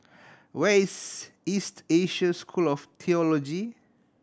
where is East Asia School of Theology